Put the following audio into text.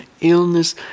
illness